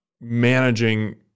managing